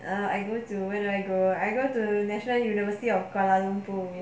err I go to where do I go I go to national university of kuala lumpur